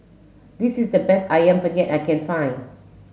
this is the best ayam penyet I can find